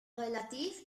relativ